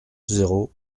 zéro